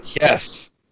Yes